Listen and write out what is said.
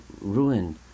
ruined